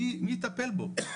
מי יטפל בו?